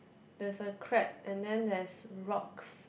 that's a crab and then there is rocks